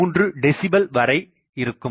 3 decibel வரை இருக்கும்